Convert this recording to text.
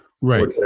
Right